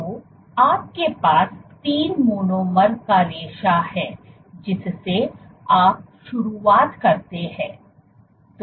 तो आपके पास तीन मोनोमर का रेशा है जिससे आप शुरुआत करते हैं